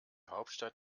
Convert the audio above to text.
hauptstadt